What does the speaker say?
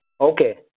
Okay